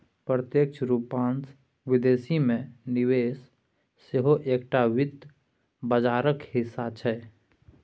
प्रत्यक्ष रूपसँ विदेश मे निवेश सेहो एकटा वित्त बाजारक हिस्सा छै